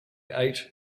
ate